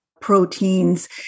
proteins